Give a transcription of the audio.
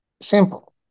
Simple